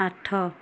ଆଠ